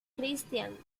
christian